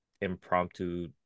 impromptu